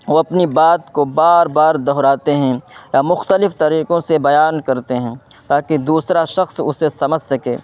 وہ اپنی بات کو باربار دوہراتے ہیں یا مختلف طریقوں سے بیان کرتے ہیں تاکہ دوسرا شخص اسے سمجھ سکے